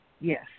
Yes